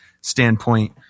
standpoint